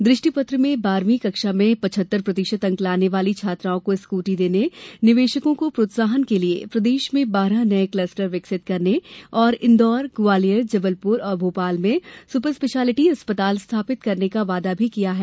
दृष्टि पत्र में बारहवी कक्षा में पिचहत्तर प्रतिशत अंक लाने वाली छात्राओं को स्कूटी देने निवेशको को प्रोत्साहन के लिए प्रदेश में बारह नये कलस्टर विकसित करने और इंदौर ग्वालियर जबलपुर और भोपाल में सुपर स्पेशिलिटी अस्पताल स्थापित करने का वादा भी किया गया है